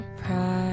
pride